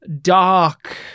dark